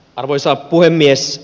arvoisa puhemies